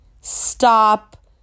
stop